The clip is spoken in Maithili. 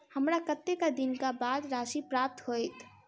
हमरा कत्तेक दिनक बाद राशि प्राप्त होइत?